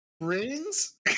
rings